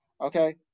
Okay